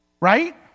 right